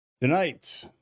Tonight